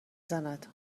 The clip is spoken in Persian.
زند